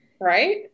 Right